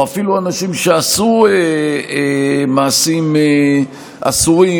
או אפילו אנשים שעשו מעשים אסורים,